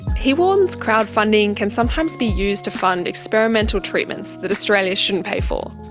he warns crowdfunding can sometimes be used to fund experimental treatments that australia shouldn't pay for,